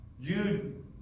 Jude